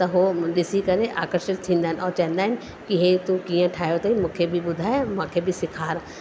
त उहो ॾिसी करे आकर्षित थींदा आहिनि ऐं चवंदा आहिनि कि हे तूं कीअं ठाहियो अथेई मूंखे बि ॿुधाए मांखे बि सेखार